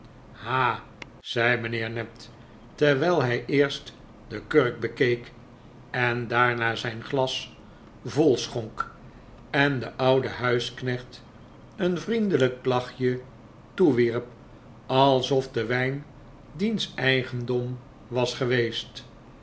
ha zei mijnheer ned terwijl hij eerst de kurk bekeek en daarna zijn glas vol schonk en den ouden huisknecht een vriendelijk lachje toewierp alsof de wijn diens eigendom was geweest